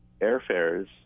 airfares